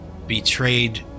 Betrayed